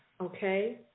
Okay